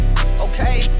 okay